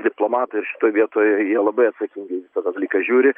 diplomatai ir šitoj vietoj jie labai atsakingai tą dalyką žiūri